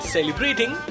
Celebrating